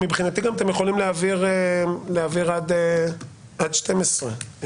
מבחינתי אתם גם יכולים להעביר עד מחר ב-12:00.